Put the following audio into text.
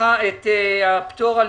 את הפטור.